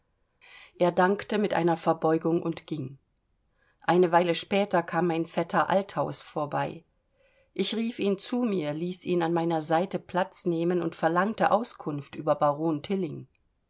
er dankte mit einer verbeugung und ging eine weile später kam mein vetter althaus vorbei ich rief ihn zu mir ließ ihn an meiner seite platz nehmen und verlangte auskunft über baron tilling